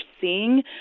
seeing